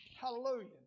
Hallelujah